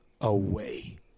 away